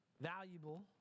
valuable